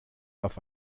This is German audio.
auf